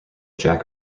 jack